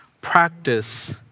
practice